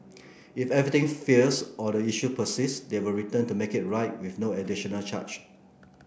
if anything fails or the issue persists they will return to make it right with no additional charge